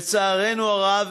לצערנו הרב,